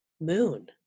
Moon